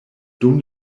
dum